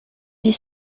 dix